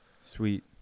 Sweet